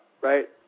right